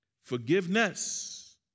forgiveness